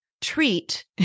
treat